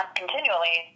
continually